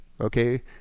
okay